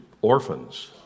orphans